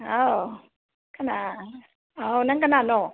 ꯍꯥꯎ ꯀꯅꯥ ꯑꯧ ꯅꯪ ꯀꯅꯥꯅꯣ